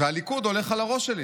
והליכוד הולך על הראש שלי.